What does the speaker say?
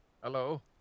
Hello